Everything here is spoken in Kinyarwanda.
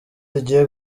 igiye